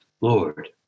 Lord